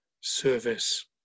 service